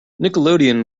nickelodeon